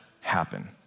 happen